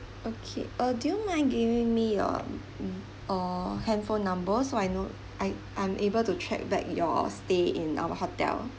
okay uh do you mind giving me your or handphone numbers so I know I~ I am able to check back your stay in our hotel